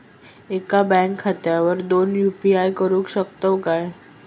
एका बँक खात्यावर दोन यू.पी.आय करुक शकतय काय?